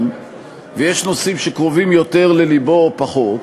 ויש נושאים שקרובים יותר ללבו או פחות,